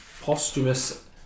posthumous